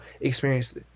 experience